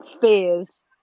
Fears